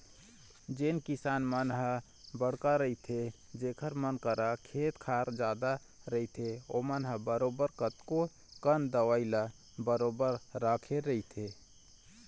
जेन किसान मन ह बड़का रहिथे जेखर मन करा खेत खार जादा रहिथे ओमन ह बरोबर कतको कन दवई ल बरोबर रखे रहिथे